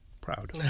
proud